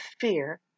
fear